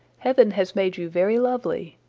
heaven has made you very lovely,